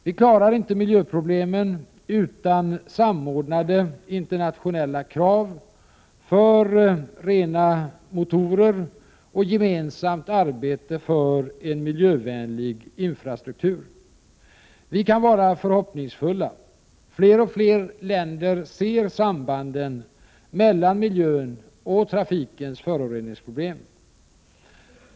Vi klarar inte miljöproblemen utan samordnade internationella krav för rena motorer och gemensamt arbete för en miljövänlig infrastruktur. Vi kan vara förhoppningsfulla. Fler och fler länder ser sambanden mellan miljön och trafikens föroreningsproblem.